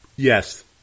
yes